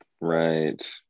Right